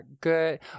good